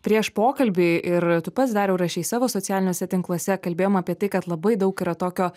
prieš pokalbį ir tu pats dariau rašei savo socialiniuose tinkluose kalbėjom apie tai kad labai daug yra tokio